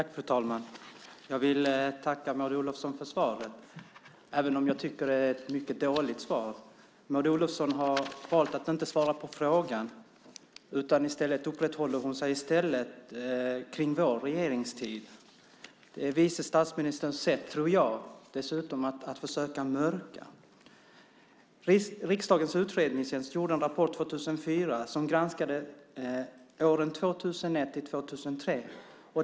Fru talman! Jag vill tacka Maud Olofsson för svaret även om jag tycker att det är ett mycket dåligt svar. Maud Olofsson har valt att inte svara på frågan utan uppehåller sig i stället vid vår regeringstid. Det är dessutom vice statsministerns sätt, tror jag, att försöka mörka. Riksdagens utredningstjänst gjorde en rapport 2004 som granskade åren 2001-2003.